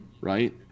right